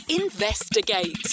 Investigate